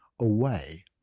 away